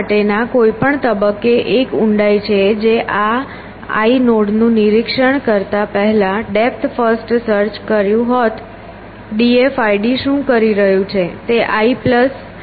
આ માટેના કોઈપણ તબક્કે એક ઊંડાઈ છે આ I નોડ નું નિરીક્ષણ કરતા પહેલા ડેપ્થ ફર્સ્ટ સર્ચ કર્યું હોત d f i d શું કરી રહ્યું છે